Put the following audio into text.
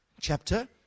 Chapter